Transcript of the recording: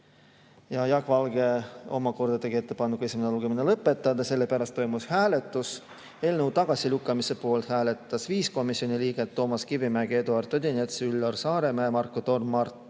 Jaak Valge omakorda tegi ettepaneku esimene lugemine lõpetada, sellepärast toimus hääletus. Eelnõu tagasilükkamise poolt hääletasid 5 komisjoni liiget: Toomas Kivimägi, Eduard Odinets, Üllar Saaremäe, Marko Torm ja Mart